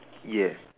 yes